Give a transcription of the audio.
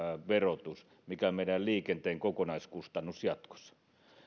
verotus meidän liikenteen kokonaiskustannus on jatkossa